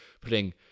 putting